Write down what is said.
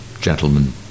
gentlemen